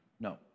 No